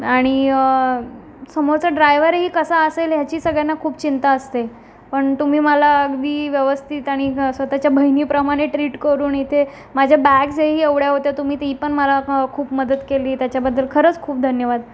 आणि समोरचा ड्रायवरही कसा असेल ह्याची सगळ्यांना खूप चिंता असते पण तुम्ही मला अगदी व्यवस्थित आणि स्वतःच्या बहिनीप्रमाने ट्रीट करून इथे माझ्या बॅग्जही एवढ्या होत्या तुम्ही ती पण मला खूप मदत केली त्याच्याबद्दल खरंच खूप धन्यवाद